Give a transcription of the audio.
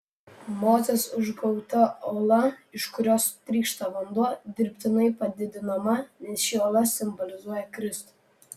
mozės užgauta uola iš kurios trykšta vanduo dirbtinai padidinama nes ši uola simbolizuoja kristų